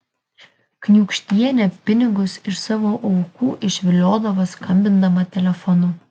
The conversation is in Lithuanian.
kniūkštienė pinigus iš savo aukų išviliodavo skambindama telefonu